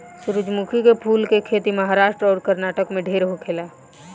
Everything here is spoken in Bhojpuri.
सूरजमुखी के फूल के खेती महाराष्ट्र अउरी कर्नाटक में ढेर होखेला